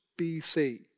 BC